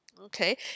Okay